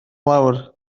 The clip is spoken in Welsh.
lawr